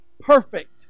perfect